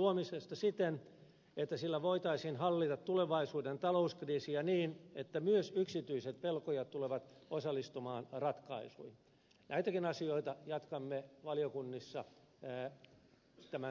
luomista siten että sillä voitaisiin hallita tulevaisuuden talouskriisiä niin että myös yksityiset velkojat tulevat osallistumaan ratkaisuihin näitäkin asioita jatkamme valiokunnissa enää estämään